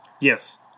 Yes